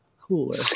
cooler